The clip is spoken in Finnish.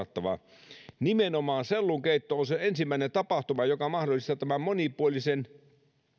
ei ole kannattavaa nimenomaan sellunkeitto on se ensimmäinen tapahtuma joka mahdollistaa tämän monipuolisen